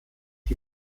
die